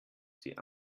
sie